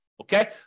Okay